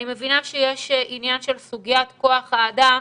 אני מבינה שיש עניין של סוגיית כוח האדם,